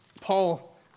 Paul